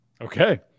okay